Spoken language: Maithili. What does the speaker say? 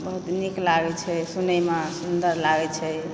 बहुत नीक लागैत छै सुनयमे सुन्दर लागैत छै